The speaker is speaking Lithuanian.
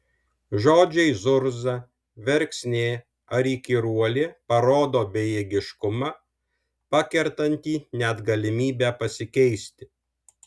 žodžiai zurza verksnė ar įkyruolė parodo bejėgiškumą pakertantį net galimybę pasikeisti